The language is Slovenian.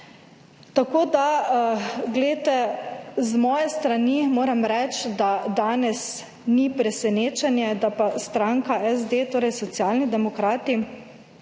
Tako da, poglejte z moje strani moram reči, da danes ni presenečenje, da pa stranka SD torej Socialni demokrati